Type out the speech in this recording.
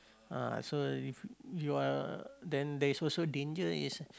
ah so if you are then there is also danger is